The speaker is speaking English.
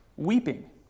weeping